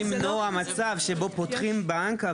אני רוצה גם למנוע מצב שבו פותחים בנק,